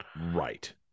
Right